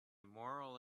moral